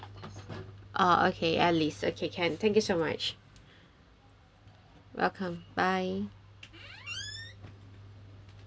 ah okay alice okay can thank you so much welcome bye